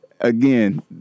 Again